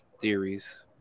theories